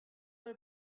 por